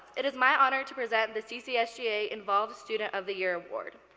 it is my honor to present the ccsga involved student of the year award.